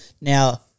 Now